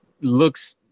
looks—